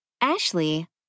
Ashley